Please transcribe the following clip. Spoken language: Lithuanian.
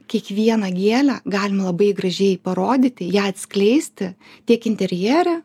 kiekvieną gėlę galima labai gražiai parodyti ją atskleisti tiek interjere